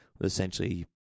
essentially